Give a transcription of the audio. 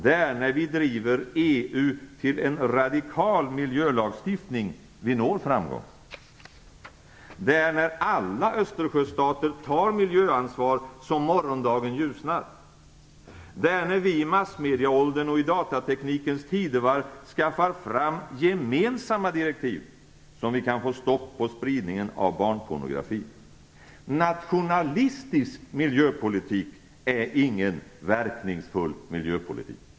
Det är när vi driver EU till en radikal miljölagstiftning som vi når framgång. Det är när alla Östersjöstater tar miljöansvar som morgondagen ljusnar. Det är när vi i massmedieåldern och i datateknikens tidevarv skaffar fram gemensamma direktiv som vi kan få stopp på spridningen av barnpornografi. Nationalistisk miljöpolitik är ingen verkningsfull miljöpolitik.